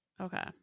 okay